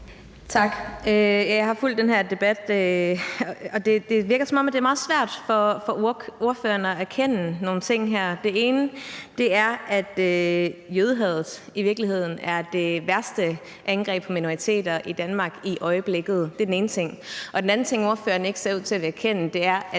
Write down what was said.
Jeg har fulgt den her debat, og det virker, som om det er meget svært for ordføreren at erkende nogle ting her. Det ene er, at jødehadet i virkeligheden er det værste angreb på minoriteter i Danmark i øjeblikket. Det er den ene ting. Den anden ting, ordføreren ikke ser ud til at ville erkende, er,